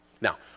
Now